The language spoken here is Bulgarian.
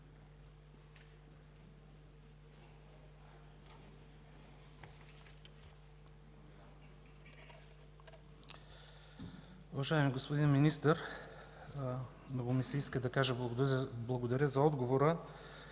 Уважаеми господин Министър, много ми се иска да кажа „Благодаря за отговора”,